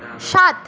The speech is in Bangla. সাত